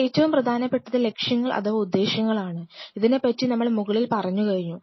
ഏറ്റവും പ്രധാനപ്പെട്ടത് ലക്ഷ്യങ്ങൾ അഥവാ ഉദ്ദേശങ്ങൾ ആണ് ഇതിനെപ്പറ്റി നമ്മൾ മുകളിൽ പറഞ്ഞു കഴിഞ്ഞു